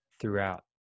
throughout